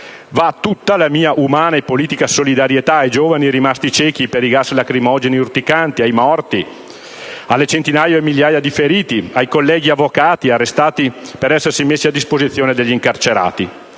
Tutta la mia umana e politica solidarietà va ai giovani rimasti ciechi per i gas lacrimogeni urticanti, alle centinaia o migliaia di feriti, ai colleghi avvocati arrestati per essersi messi a disposizione degli incarcerati.